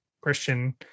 Christian